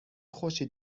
خوشی